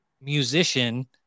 musician